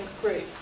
group